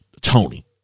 Tony